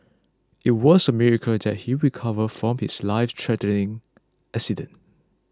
it was a miracle that he recovered from his lifethreatening accident